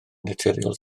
naturiol